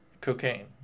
Cocaine